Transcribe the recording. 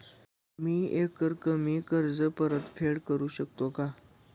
मी एकरकमी कर्ज परतफेड करू शकते का?